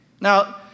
Now